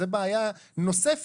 זו בעיה נוספת,